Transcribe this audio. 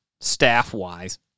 staff-wise